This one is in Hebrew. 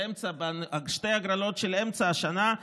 בשתי הגרלות של אמצע השנה,